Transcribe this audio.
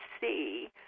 see